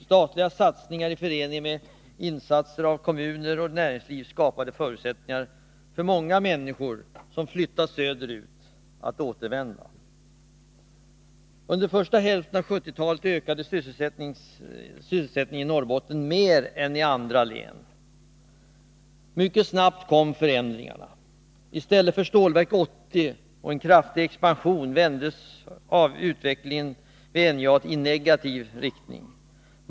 Statliga satsningar i förening med insatser av kommuner och näringsliv skapade förutsättningar att återvända för många människor som flyttat söderut. Under första hälften av 1970-talet ökade sysselsättningen i Norrbotten mer än i andra län. Mycket snabbt kom förändringarna. I stället för Stålverk 80 och en kraftig expansion vändes utvecklingen vid NJA i negativ riktning.